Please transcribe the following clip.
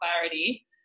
clarity